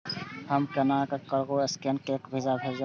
हम केना ककरो स्केने कैके पैसा भेजब?